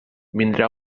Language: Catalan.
vindrà